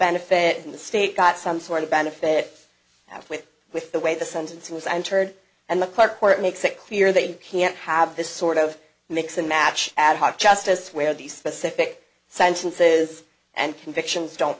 benefit in the state got some sort of benefit have with with the way the sentencing was entered and the court court makes it clear that you can't have this sort of mix and match ad hoc justice where these specific sentences and convictions don't